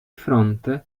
fronte